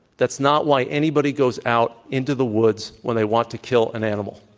that's not why anybody goes out into the woods when they want to kill an animal.